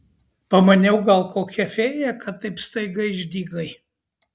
pamaniau gal kokia fėja kad taip staiga išdygai